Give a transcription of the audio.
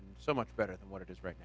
and so much better than what it is right